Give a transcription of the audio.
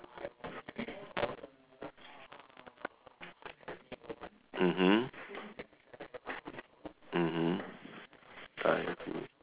mmhmm mmhmm ah I see